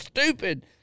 stupid